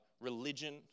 religion